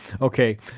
Okay